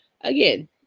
Again